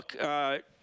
look